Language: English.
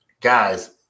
guys –